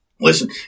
Listen